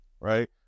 Right